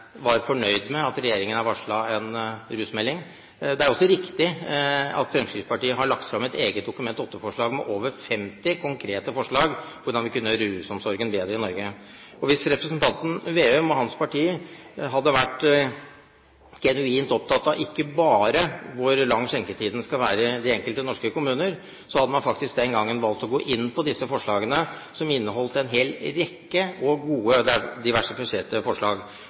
fornøyd med at regjeringen har varslet en rusmelding. Det er også riktig at Fremskrittspartiet har lagt fram et eget Dokument nr. 8-forslag med over 50 konkrete forslag om hvordan man kunne gjøre rusomsorgen bedre i Norge. Hvis representanten Vedum og hans parti hadde vært genuint opptatt av ikke bare hvor lang skjenketiden skal være i de enkelte norske kommuner, hadde man faktisk den gang valgt å gå inn på disse forslagene som inneholdt en hel rekke gode diversifiserte forslag.